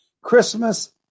Christmas